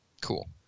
Cool